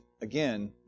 again